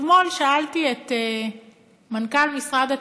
אתמול שאלתי את מנכ"ל משרד התקשורת,